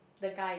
the guy